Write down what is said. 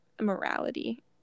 morality